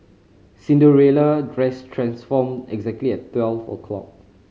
Cinderella dress transformed exactly at twelve o'clock